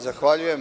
Zahvaljujem.